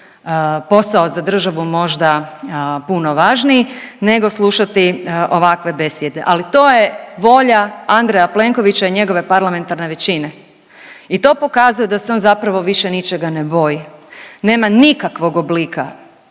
posao za državu možda puno važnije nego slušati ovakve besjede, ali to je volja Andreja Plenkovića i njegove parlamentarne većine. I to pokazuje da se on zapravo više ničega ne boji. Nema nikakvog oblika